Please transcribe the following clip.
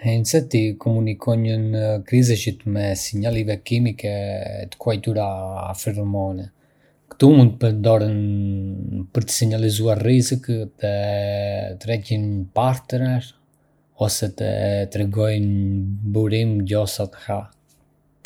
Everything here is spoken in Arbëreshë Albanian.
Insektet komunikojnë kryesisht me sinjaleve kimike të quajtura feromonë. Këto mund të përdoren për të sinjalizuar rrezik, të tërheqin një partner, ose të tregojnë një burim gjo sat ha.